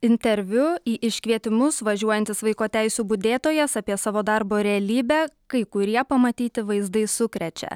interviu į iškvietimus važiuojantis vaiko teisių budėtojas apie savo darbo realybę kai kurie pamatyti vaizdai sukrečia